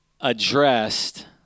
addressed